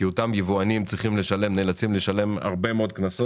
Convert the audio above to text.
כי אותם יבואנים נאלצים לשלם הרבה מאוד קנסות,